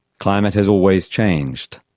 climate has always changed,